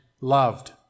loved